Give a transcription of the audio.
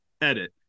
edit